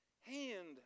hand